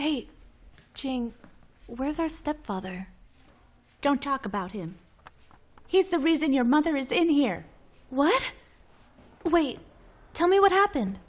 ching whereas our stepfather don't talk about him he's the reason your mother is in here why wait tell me what happened